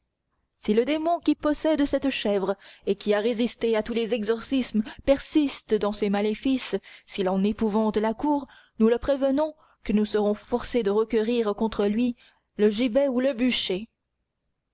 si le démon qui possède cette chèvre et qui a résisté à tous les exorcismes persiste dans ses maléfices s'il en épouvante la cour nous le prévenons que nous serons forcés de requérir contre lui le gibet ou le bûcher